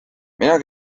mina